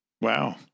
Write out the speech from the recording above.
Wow